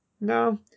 no